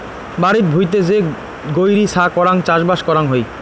বাড়িত ভুঁইতে যে গৈরী ছা করাং চাষবাস করাং হই